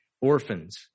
Orphans